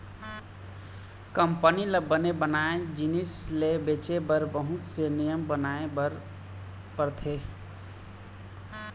company ल अपन बनाए जिनिस ल बेचे बर बहुत से नियम बनाए बर परथे